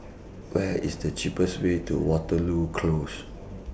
What IS The cheapest Way to Waterloo Close